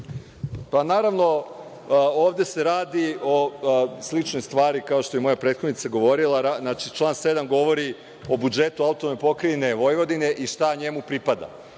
Pa, naravno, ovde se radi o sličnoj stvari, kao što je moja prethodnica govorila. Znači, član 7. govori o budžetu AP Vojvodine i šta njemu pripada.